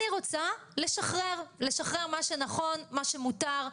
אני רוצה לשחרר מה שנכון מה שמותר,